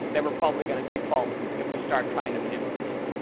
then we're probably going to seg fault if we start trying to manipulate it.